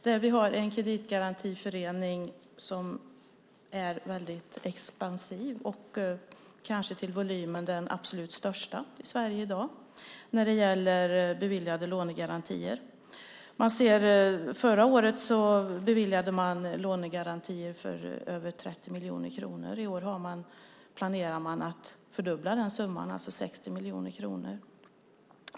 Där har vi en kreditgarantiförening som är väldigt expansiv och som till volymen kanske är den absolut största i dag i Sverige när det gäller beviljade lånegarantier. Förra året beviljades lånegarantier för över 30 miljoner kronor. I år planerar man för en fördubbling av den summan, alltså 60 miljoner kronor.